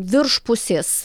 virš pusės